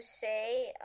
say